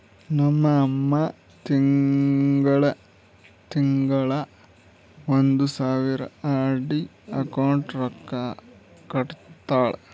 ನಮ್ ಅಮ್ಮಾ ತಿಂಗಳಾ ತಿಂಗಳಾ ಒಂದ್ ಸಾವಿರ ಆರ್.ಡಿ ಅಕೌಂಟ್ಗ್ ರೊಕ್ಕಾ ಕಟ್ಟತಾಳ